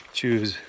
choose